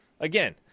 Again